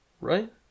right